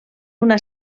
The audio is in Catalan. una